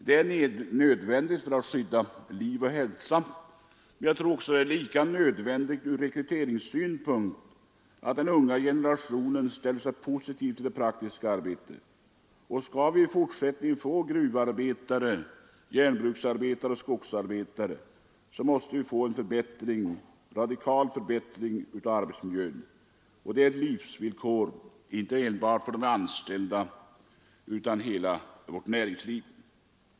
Det är nödvändigt för att skydda liv och hälsa, men jag tror också att det från rekryteringssynpunkt är nödvändigt att den unga generationen får en positiv syn på det praktiska arbetet. Skall vi i fortsättningen få gruvarbetare, järnbruksarbetare och skogsarbetare måste arbetsmiljön radikalt förbättras. Det är ett livsvillkor inte enbart för de anställda utan för hela vårt näringsliv.